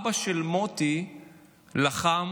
אבא של מוטי לחם